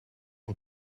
het